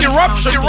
Eruption